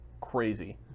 crazy